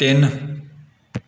ਤਿੰਨ